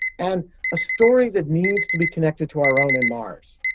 and a story that needs to be connected to our own and mars.